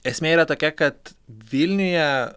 esmė yra tokia kad vilniuje